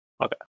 Okay